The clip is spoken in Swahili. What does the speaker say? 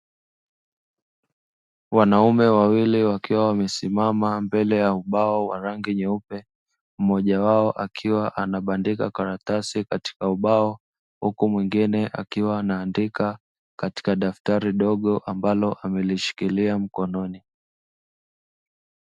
Wanaume wawili wakiwa wamesimama mbele ya ubao wa rangi nyeupe mmoja wao, akiwa anabandika karatasi katika ubao huku mwingine akiwa anaandika katika daftari dogo ambalo amelishikilia mkononi.